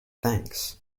thanks